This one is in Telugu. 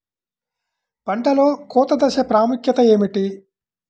పంటలో కోత దశ ప్రాముఖ్యత ఏమిటి?